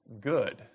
good